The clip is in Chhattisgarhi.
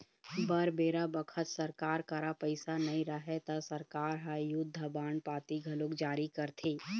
बर बेरा बखत सरकार करा पइसा नई रहय ता सरकार ह युद्ध बांड पाती घलोक जारी करथे